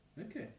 Okay